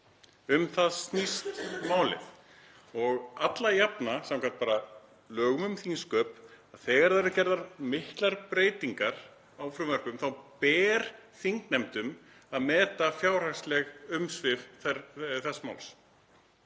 Um það snýst málið. Alla jafna samkvæmt lögum um þingsköp, þegar gerðar eru miklar breytingar á frumvörpum, þá ber þingnefndum að meta fjárhagsleg umsvif þess máls.